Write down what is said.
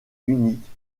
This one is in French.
unique